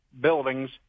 buildings